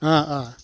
অ' অ'